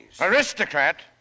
Aristocrat